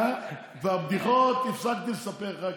כבר בדיחות הפסקתי לספר לך,